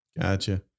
gotcha